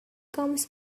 comes